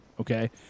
okay